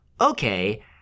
okay